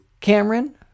Cameron